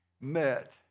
met